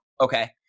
Okay